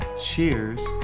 cheers